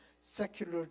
secular